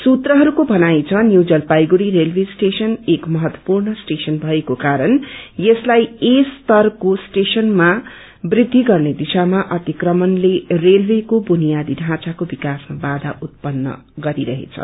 सूत्रहरूको थनाई छ new Jalpaiguri railway station एक महत्वूपर्ण स्टेशन भएको कारण यसलाई ए स्तरक्वे स्टेशनमा वृद्धि गर्ने दिशामा अतिक्रमणले रेलवेको बुनियादी ढाँचाको विकासमा बाधा उत्पन्न गरिरहेछ